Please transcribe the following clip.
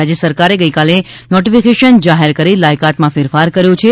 રાજ્ય સરકારે ગઇકાલે નોટિફિકેશન જાહેર કરી લાયકાતમાં ફેરફાર કર્યો છે